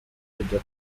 kujya